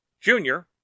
junior